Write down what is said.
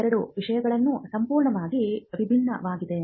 ಈ 2 ವಿಷಯಗಳು ಸಂಪೂರ್ಣವಾಗಿ ವಿಭಿನ್ನವಾಗಿವೆ